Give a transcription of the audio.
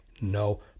No